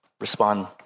Respond